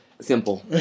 Simple